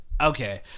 okay